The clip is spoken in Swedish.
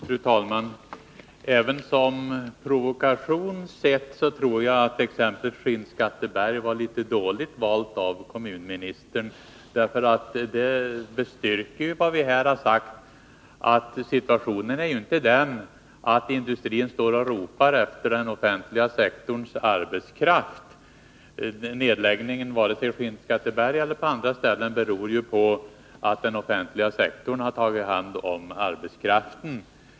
Fru talman! Även som provokation tror jag att exemplet Skinnskatteberg var litet dåligt valt av kommunministern. Det bestyrker nämligen vad vi har sagt, att situationen inte är den att industrin ropar efter den offentliga sektorns arbetskraft. Nedläggningen i Skinnskatteberg och på andra ställen beror inte på att den offentliga sektorn har tagit hand om arbetskraften.